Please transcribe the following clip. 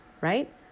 right